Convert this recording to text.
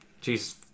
Jesus